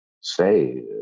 say